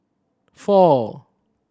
four